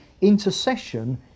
intercession